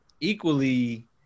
equally